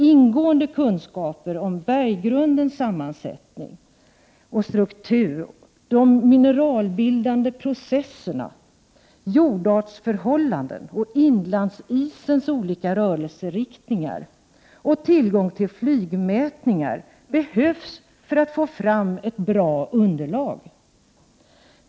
Ingående kunskaper om berggrundens sammansättning och struktur, de mineralbildande processerna, jordartsförhållanden och inlandsisens olika rörelseriktningar samt tillgång till flygmätningar behövs för ett bra underlag.